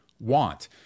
want